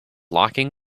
locking